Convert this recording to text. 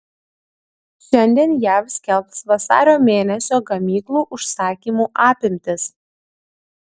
šiandien jav skelbs vasario mėnesio gamyklų užsakymų apimtis